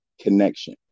connection